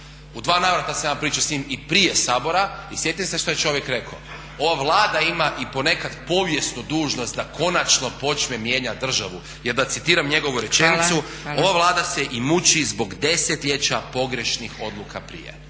U dva navrata sam ja pričao s njim i prije Sabora i sjetite se što je čovjek rekao. Ova Vlada ima i ponekad povijesnu dužnost da konačno počne mijenjati državu, jer da citiram njegovu rečenicu … …/Upadica Zgrebec: Hvala, hvala./… "Ova Vlada se i muči zbog desetljeća pogrešnih odluka prije."